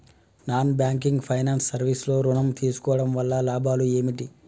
Non banking finance service లో ఋణం తీసుకోవడం వల్ల లాభాలు ఏమిటి?